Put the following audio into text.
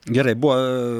gerai buvo